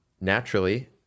naturally